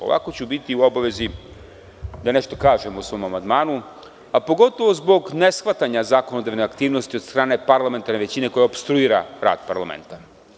Ovako ću biti u obavezi da nešto kažem o svom amandmanu, a pogotovo zbog neshvatanja zakonodavne aktivnosti od strane parlamentarne većine koja opstruira rad parlamenta.